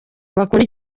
bakunda